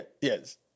yes